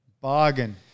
Bargain